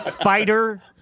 fighter